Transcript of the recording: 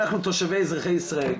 אנחנו תושבי אזרחי ישראל,